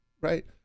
Right